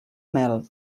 mel